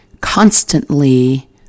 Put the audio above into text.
constantly